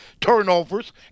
turnovers